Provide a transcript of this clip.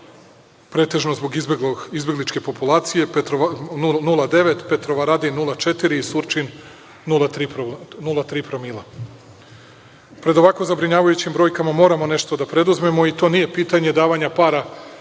pretežno zbog izbegličke populacije - 0,9, Petrovaradin - 0,4 i Surčin - 0,3 promila. Pred ovako zabrinjavajućim brojkama moramo nešto da preduzmemo. To nije pitanje davanja para